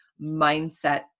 mindset